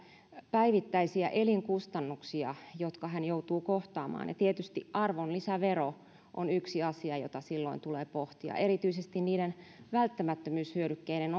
päivittäisiä elinkustannuksia jotka hän joutuu kohtaamaan ja tietysti arvonlisävero on yksi asia jota silloin tulee pohtia erityisesti välttämättömyyshyödykkeiden